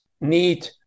need